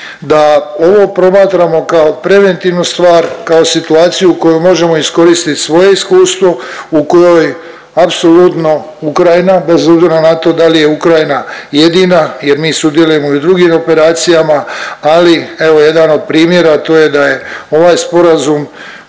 da ovo promatramo kao preventivnu stvar, kao situaciju u kojoj možemo iskoristit svoje iskustvo, u kojoj apsolutno Ukrajina bez obzira na to dal je Ukrajina jedina jer mi sudjelujemo i u drugim operacijama, ali evo jedan od primjera, a to je da je ovaj sporazum